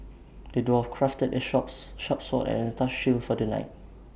the dwarf crafted A short sharp sword and A tough shield for the knight